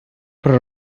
про